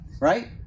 right